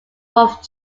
wolf